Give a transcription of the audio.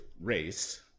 race